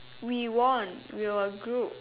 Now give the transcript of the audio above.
we won we were a group